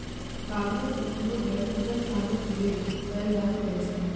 कागजक उपयोग व्यक्तिगत काजक लेल कयल जा सकै छै